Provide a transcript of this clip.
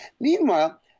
Meanwhile